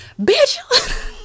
bitch